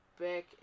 back